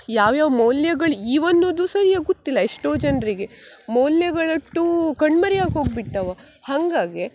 ಯಾವ್ಯಾವ ಮೌಲ್ಯಗಳು ಇವೆನ್ನುದು ಸರ್ಯಾಗಿ ಗೊತ್ತಿಲ್ಲ ಎಷ್ಟೋ ಜನರಿಗೆ ಮೌಲ್ಯಗಳು ಅಷ್ಟು ಕಣ್ಮರೆಯಾಗಿ ಹೋಗಿ ಬಿಟ್ಟವೆ ಹಂಗಾಗಿ